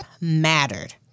mattered